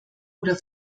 oder